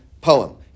poem